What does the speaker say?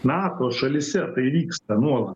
nato šalyse tai vyksta nuolat